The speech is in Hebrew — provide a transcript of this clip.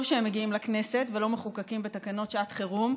טוב שהם מגיעים לכנסת ולא מחוקקים בתקנות שעת חירום.